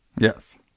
Yes